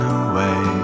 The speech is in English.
away